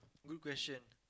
good question